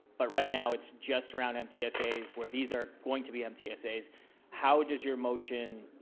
but right now it's just around mtsas where these are going to be mtsas, how does your motion,